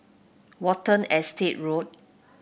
Watten Estate Road